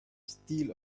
steel